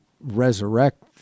resurrect